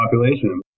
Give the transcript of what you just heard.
population